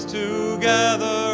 together